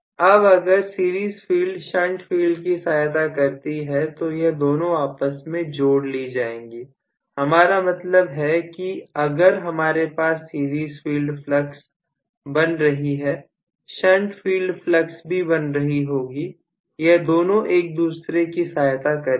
अब अगर series field shunt field की सहायता करती है तो यह दोनों आपस में जोड़ ली जाएंगी हमारा मतलब है कि अगर हमारे पास सीरीज फील्ड फ्लक्स बन रही है शंट फील्ड फ्लक्स भी बन रही होगी यह दोनों एक दूसरे की सहायता करेंगे